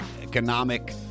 economic